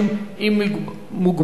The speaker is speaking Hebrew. להכשרה או לשיקום של נכי נפש),